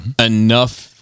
enough